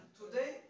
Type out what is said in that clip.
today